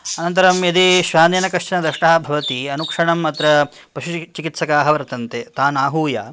अनन्तरं यदि श्वानेन कश्चन दष्टः भवति अनुक्षणम् अत्र पशुचिकित्सकाः वर्तन्ते तान् अहूय